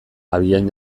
abian